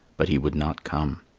but he would not come.